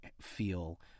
feel